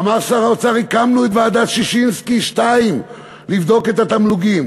אמר שר האוצר: הקמנו את ועדת ששינסקי 2 לבדוק את התמלוגים.